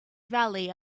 valley